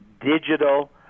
digital